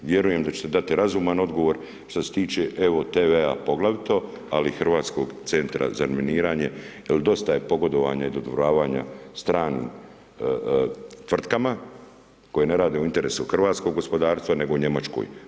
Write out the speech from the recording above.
Vjerujem da ćete dati razuman odgovor, što se tiče Evo TV poglavito, ali Hrvatskog centra za razminiranje, jer dosta je pogodovanja i dodvoravanja stranim tvrtkama koje ne rade u interesu hrvatskog gospodarstva nego u Njemačkoj.